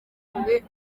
mbere